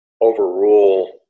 overrule